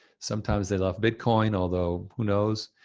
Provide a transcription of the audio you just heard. sometimes they love bitcoin, although who knows?